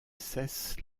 cessent